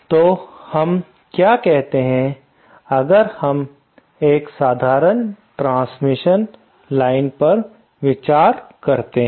तो हम क्या कहते हैं अगर हम एक साधारण ट्रांसमिशन लाइन्स पर विचार करते हैं